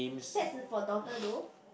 that's for daughter though